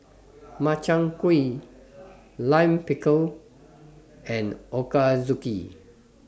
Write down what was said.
Makchang Gui Lime Pickle and Ochazuke